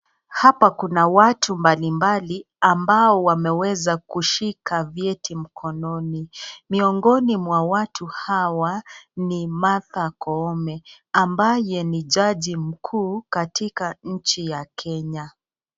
Hapa kuna watu mbalimbali ambao wameweza kushika vyeti mkononi. Miongoni mwa watu hawa ni Martha Koome ambaye ni jaji mkuu katika nchi ya Kenya.